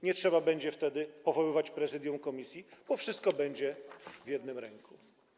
Nie trzeba będzie wtedy powoływać prezydium komisji, bo wszystko będzie w jednym ręku.